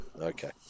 Okay